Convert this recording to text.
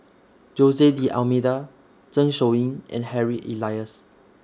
Jose D'almeida Zeng Shouyin and Harry Elias